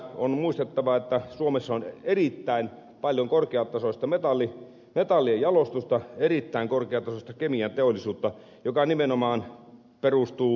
on muistettava että suomessa on erittäin paljon korkeatasoista metallien jalostusta erittäin korkeatasoista kemianteollisuutta joka nimenomaan perustuu mineraalien louhimiseen